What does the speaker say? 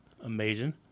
amazing